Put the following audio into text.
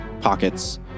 pockets